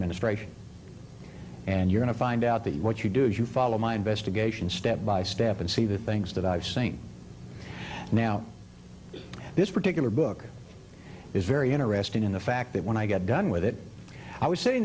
ministration and you're in a find out that what you do is you follow my investigation step by step and see the things that i've seen now this particular book is very interesting in the fact that when i got done with it i was sitting